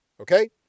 Okay